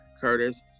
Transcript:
curtis